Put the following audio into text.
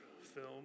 film